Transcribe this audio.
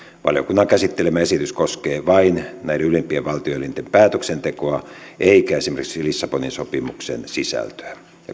valiokunnan käsittelemä esitys koskee vain näiden ylimpien valtioelinten päätöksentekoa eikä esimerkiksi lissabonin sopimuksen sisältöä